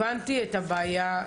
והבנתי את הבעיה.